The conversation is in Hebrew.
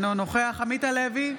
אינו נוכח עמית הלוי,